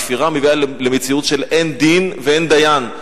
הכפירה מביאה למציאות של אין דין ואין דיין.